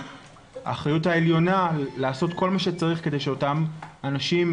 האחריות העליונה לעשות כל מה שצריך כדי שאותם אנשים,